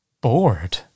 bored